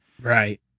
right